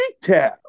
detail